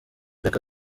reka